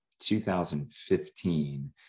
2015